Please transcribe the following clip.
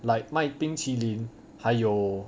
like 卖冰淇淋还有